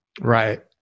Right